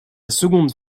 seconde